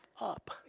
up